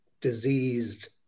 diseased